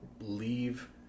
leave